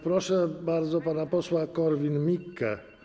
Proszę bardzo, pan poseł Korwin-Mikke.